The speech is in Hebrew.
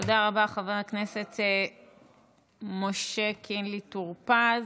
תודה רבה, חבר הכנסת משה קינלי טור פז.